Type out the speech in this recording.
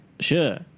sure